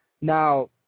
Now